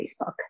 Facebook